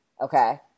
Okay